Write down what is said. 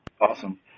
Awesome